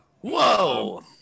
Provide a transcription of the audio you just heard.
Whoa